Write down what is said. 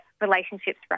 relationships